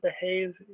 behave